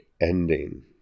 ending